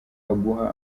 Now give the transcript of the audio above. aguha